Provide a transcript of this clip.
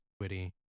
witty